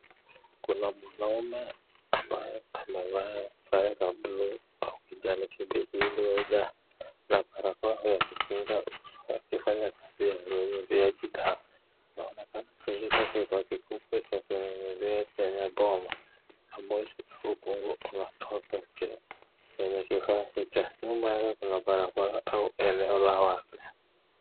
Kuna mwanaume ambaye amevaa sare ya buluu na kijani kibichi na barakoa ya kukinga uso wake akifanya kazi ya unyunyiziaji dawa, anaonekana kushika kifaa kikubwa ya kunyunyizia dawa kwenye boma, na moshi huku ukungu unatoa chini kwenye kifaa hicho, nyuma yake kuna barabara au eneo la wazi.